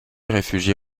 réfugié